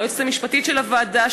ליועצת המשפטית של הוועדה,